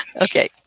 Okay